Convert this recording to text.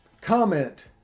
comment